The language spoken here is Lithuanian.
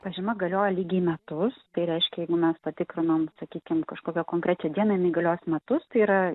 pažyma galioja lygiai metus tai reiškia jeigu mes patikrinom sakykim kažkokią konkrečią dieną jinai galios metus tai yra